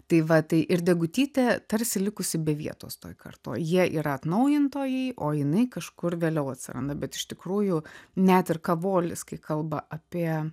tai va tai ir degutytė tarsi likusi be vietos toj kartoj jie yra atnaujintojai o jinai kažkur vėliau atsiranda bet iš tikrųjų net ir kavolis kai kalba apie